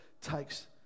takes